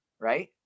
Right